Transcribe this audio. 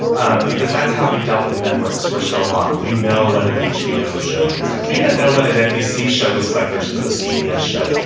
um because that's how we dealt with networks for so long. we know what an hbo show looks like yeah we even know what an nbc show looks like versus a cbs show.